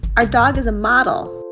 our dog is a model